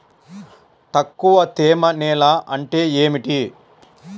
తక్కువ తేమ నేల అంటే ఏమిటి?